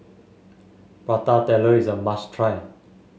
Prata Telur is a must try